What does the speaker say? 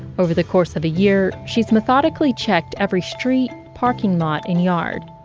over the course of a year, she's methodically checked every street, parking lot and yard.